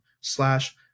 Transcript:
slash